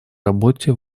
работе